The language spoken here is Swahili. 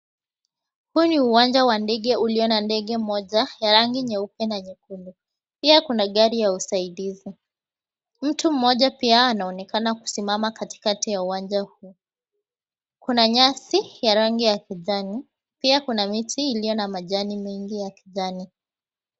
Huu ni uwanja wa ndege uliyo na ndege moja ya rangi nyeupe na nyekundu. Pia kuna gari ya usaidizi. Mtu mmoja pia anaonekana kusimama katikati ya uwanja huu. Kuna nyasi ya rangi ya kijani. Pia kuna miti iliyo na majani mengi ya kijani.